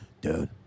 Dude